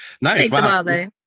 nice